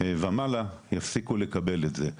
ומעלה, יפסיקו לקבל את זה .